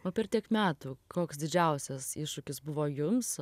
o per tiek metų koks didžiausias iššūkis buvo jums